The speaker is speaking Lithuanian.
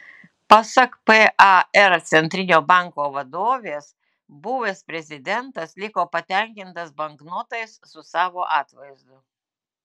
pasak par centrinio banko vadovės buvęs prezidentas liko patenkintas banknotais su savo atvaizdu